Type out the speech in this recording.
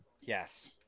Yes